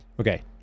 Okay